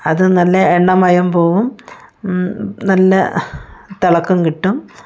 അത് നല്ല എണ്ണ മയം പോവും നല്ല തിളക്കം കിട്ടും